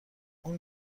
اون